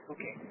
Okay